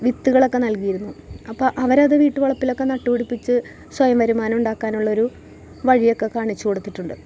വിത്തുകളൊക്കെ നൽകിഴിരുന്നു അപ്പം അവരത് വീട്ടുവളപ്പിലക്കെ നട്ടുപിടിപ്പിച്ച് സ്വയം വരുമാനം ഉണ്ടാക്കാനതിലൊരു വഴിയൊക്ക കാണിച്ച് കൊടുത്തിട്ടുണ്ട്